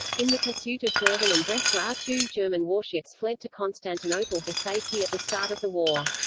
in the pursuit of goeben and breslau two german warships fled to constantinople for safety at the start of the war